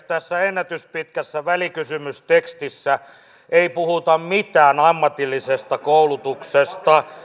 tässä ennätyspitkässä välikysymystekstissä ei puhuta mitään ammatillisesta koulutuksesta